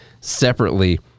separately